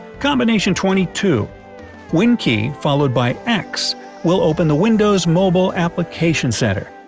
combination twenty two win key followed by x will open the windows mobile application centre.